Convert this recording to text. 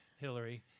Hillary